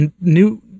new